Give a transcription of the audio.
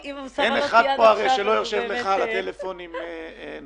ואנחנו טוענים לעוד כ-140 מיליארד שקל שלא רשומים בשום מקום.